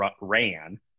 ran